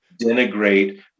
denigrate